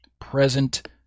present